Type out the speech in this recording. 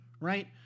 right